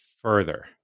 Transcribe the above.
further